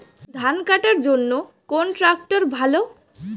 ধান কাটার জন্য কোন ট্রাক্টর ভালো?